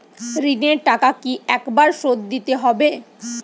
ঋণের টাকা কি একবার শোধ দিতে হবে?